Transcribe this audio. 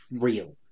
real